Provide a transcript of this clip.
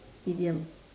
idiom